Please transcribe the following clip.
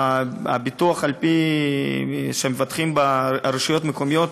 הביטוח של הרשויות המקומיות,